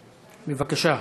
בבקשה.